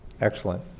Excellent